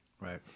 Right